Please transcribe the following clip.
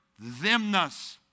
themness